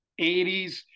80s